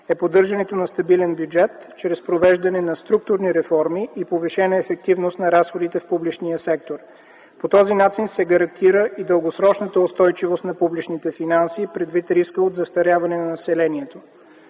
е поддържането на стабилен бюджет чрез провеждането на структурни реформи и повишена ефективност на разходите в публичния сектор. По този начин се гарантира и дългосрочната устойчивост на публичните финанси предвид риска от застаряване на населението.